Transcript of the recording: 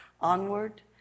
onward